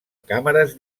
càmeres